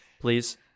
please